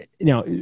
now